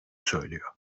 söylüyor